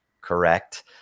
correct